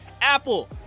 Apple